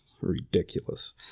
ridiculous